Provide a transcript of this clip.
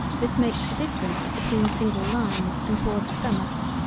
this makes the difference between single lines and broad stomachs,